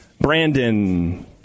Brandon